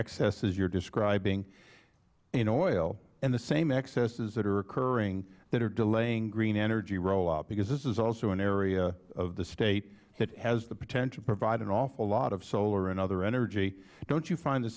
excess as you're describing in oil and the same excesses that are occurring that are delaying green energy rolloff because this is also an area of the state that has the potential to provide an awful lot of solar and other energy don't you find the